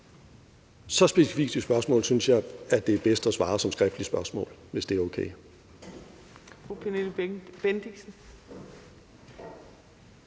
Så specifikt et spørgsmål synes jeg det er bedst at svare på gennem et skriftligt spørgsmål. Er det okay?